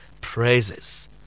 praises